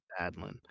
Adlin